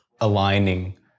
aligning